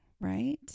right